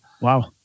Wow